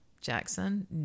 Jackson